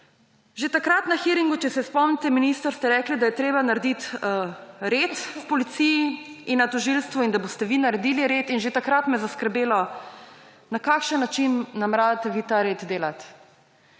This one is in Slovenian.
Že takrat na hearingu, če se spomnite, minister, ste rekli, da je treba narediti red v policiji in na tožilstvu in da boste vi naredili red. In že takrat me je zaskrbelo, na kakšen način nameravate vi ta red delati.